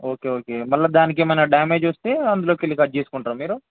okay okay మళ్ళీ దానికి ఏమైనా డామేజ వస్తే అందులోకి వెళ్ళి కట్ చేసుకుంటారా మీరు